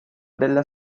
della